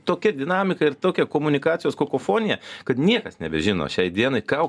tokia dinamika ir tokia komunikacijos kakofonija kad niekas nebežino šiai dienai ką